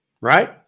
right